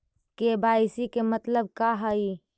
KYC के मतलब का हई?